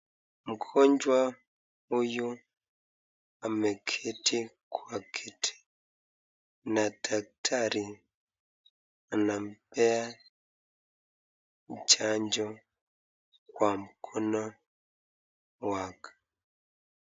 Mgonjwa huyu ameketi kwa kiti na daktari anampea chanjo kwa mkono wake.